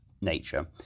nature